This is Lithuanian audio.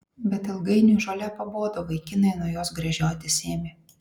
bet ilgainiui žolė pabodo vaikinai nuo jos gręžiotis ėmė